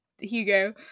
Hugo